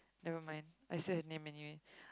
nevermind I said her name anyway